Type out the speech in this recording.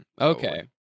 okay